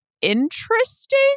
interesting